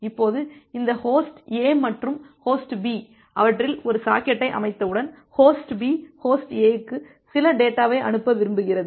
இப்போது இந்த host A மற்றும் ஹோஸ்ட் B அவற்றில் ஒரு சாக்கெட்டை அமைத்தவுடன் ஹோஸ்ட் B ஹோஸ்ட் A க்கு சில டேட்டாவை அனுப்ப விரும்புகிறது